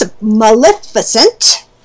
Maleficent